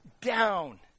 down